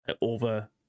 over